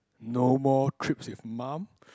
no more trips with mum